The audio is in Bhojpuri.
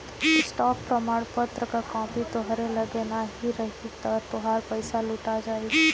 स्टॉक प्रमाणपत्र कअ कापी तोहरी लगे नाही रही तअ तोहार पईसा लुटा जाई